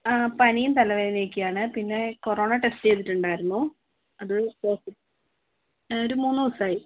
ആ പനിയും തലവേദനയൊക്കെയാണ് പിന്നെ കൊറോണ ടെസ്റ്റ് ചെയ്തിട്ടുണ്ടായിരുന്നു അത് പോസിറ്റീവ് ഒരു മൂന്നൂ ദിവസമായി